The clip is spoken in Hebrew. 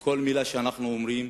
וכל מלה שאנחנו אומרים,